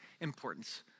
importance